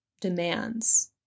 demands